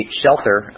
shelter